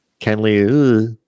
Kenley